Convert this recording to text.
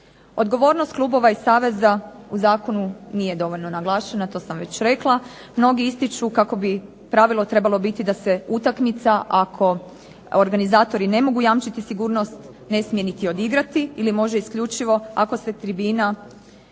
Odgovornost klubova i saveza u zakonu nije dovoljno naglašena to sam već rekla. Mnogi ističu kako bi pravilo trebalo biti da se utakmica ako organizatori ne mogu jamčiti sigurnosti ne smije niti odigrati ili može isključivo ako se sa tribina uklone